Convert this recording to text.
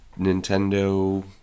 nintendo